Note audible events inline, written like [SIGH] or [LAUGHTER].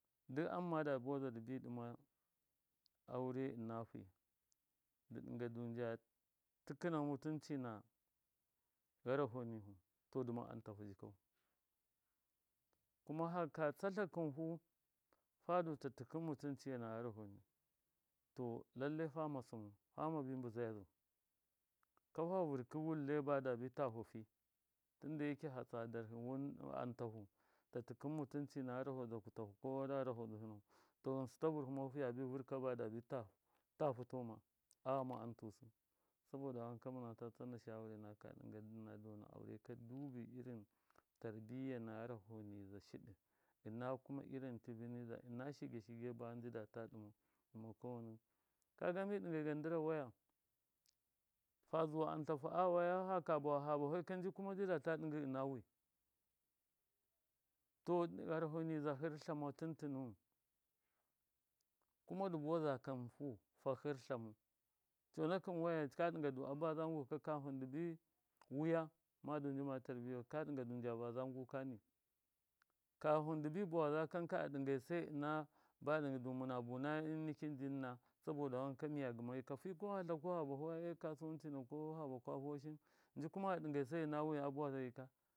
Ndɨ am mada buwaza dibi ɗɨma aure ɨnafi dɨ ɗɨnga ndu nja tɨkɨna mutunci na gharaho nihu to dɨma am tahu jikau, kuma haka tsatla kɨnhu fa du ta tɨkɨn mutunci na gharaho nihu to lallai fama sɨmu famabi mbɨzaya zau, kafa fa vɨrkɨ lai badabi tahu fi, tunda yake fatsa darhɨ wɨn antahu tɨkɨm mutunci na gharaho dzaku tahu kona gharaho dzɨhɨ nahu to ghɨnsɨ ta bɨrhu mau fiya bi vɨrka bada bi tafɨ tau ma aghama antusɨ, soboda wanka mɨnata tsana shawari naka ɗɨnga hɨna dona aure ka dubi irin tarbiyya na gharaho niza shɨɗɨ ɨna kuma irin tibi niza ɨna shige shige niza ba njidata ta ɗɨmau dɨma [UNINTELLIGIBLE] kaga mi ɗɨngaan ndɨra waya fazuwa antahu awaya haka bawafu fa bafai ka nji kuma nji data ɗɨngɨ ɨna wi, to gharaho niza hɨrtlamau tɨntɨnimu kuma dɨ buwaza kanfu. Fa hɨrtlamau conakɨm waya ka ɗɨng du a baza ngu ka wiya madu njima tarbiyau ka ɗɨnga du nja baza nguka kafɨn dɨbi bawaza kanka. a ɗɨngai ɨna ba ɗɨnga du mɨna buna ɨn- nikin ji nɨna, saboda wanka miya gɨma yika ji nɨna fi kuma fa bafe kasuwanci nafu ko ha bakwa voshɨn nji kuma a ɗɨngai sai ɨna wi a buwaza yika.